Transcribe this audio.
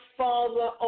father